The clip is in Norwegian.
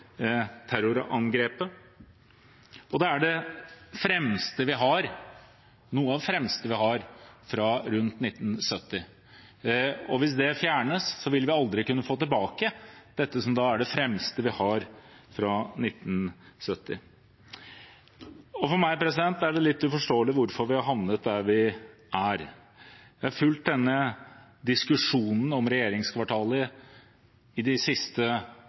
Det er noe av det fremste vi har fra rundt 1970. Hvis det fjernes, vil vi aldri kunne få tilbake dette, som da er det fremste vi har fra 1970. For meg er det litt uforståelig hvorfor vi har havnet der vi er. Jeg har fulgt denne diskusjonen om regjeringskvartalet i de siste